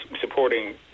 supporting